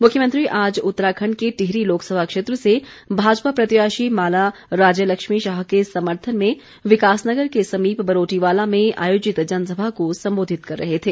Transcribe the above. मुख्यमंत्री आज उत्तराखण्ड के टिहरी लोकसभा क्षेत्र से भाजपा प्रत्याशी माला राज्यलक्ष्मी शाह के समर्थन में विकासनगर के समीप बरोटीवाला में आयोजित जनसभा को संबोधित कर रहे थे